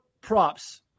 props